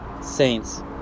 Saints